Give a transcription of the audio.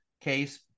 case